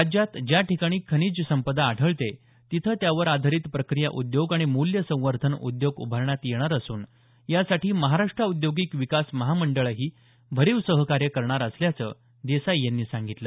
राज्यात ज्या ठिकाणी खनिजसंपदा आढळते तिथं त्यावर आधारित प्रक्रिया उद्योग आणि मूल्यसंवर्धन उद्योग उभारण्यात येणार असून यासाठी महाराष्ट्र औद्योगिक विकास महामंडळही भरीव सहकार्य करणार असल्याचं देसाई यांनी सांगितलं